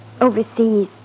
overseas